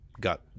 got